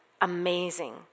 amazing